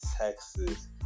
Texas